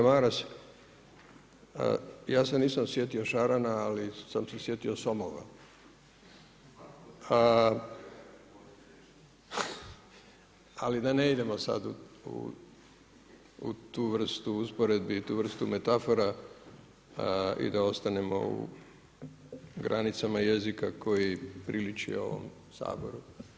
Kolega Maras, ja se nisam sjetio šarana ali sam se sjetio somova, ali da ne idemo sada u tu vrstu usporedbi i u tu vrstu metafora i da ostanemo u granicama jezika koji priliči ovom Saboru.